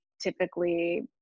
typically